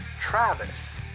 Travis